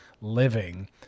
living